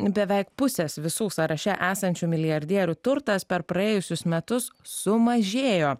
beveik pusės visų sąraše esančių milijardierių turtas per praėjusius metus sumažėjo